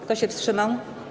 Kto się wstrzymał?